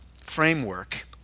framework